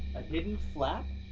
hidden flap?